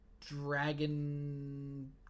Dragon